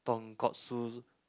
tonkotsu